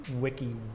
Wiki